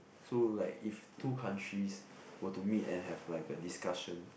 so like if two countries were to meet and have like a discussion